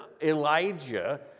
Elijah